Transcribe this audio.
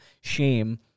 shame